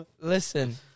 Listen